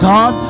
God